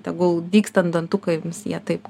tegul dygstant dantukams jie taip